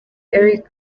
eric